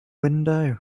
window